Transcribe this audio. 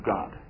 God